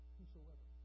whosoever